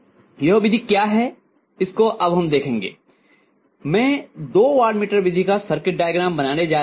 यह विधि क्या है इसको हम अब देखेंगे मैं दो वाटमीटर विधि का सर्किट डायग्राम बनाने जा रही हूँ